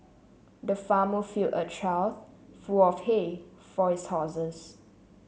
the farmer filled a trough full of hay for his horses